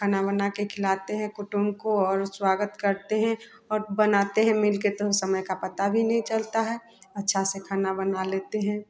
खाना बनाकर खिलाते हैं कुटुंब को और स्वागत करते हैं और बनाते है मिलकर तो समय का पता भी नहीं चलता है अच्छे से खाना बनवा लेते हैं